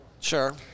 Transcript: Sure